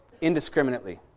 indiscriminately